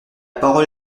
parole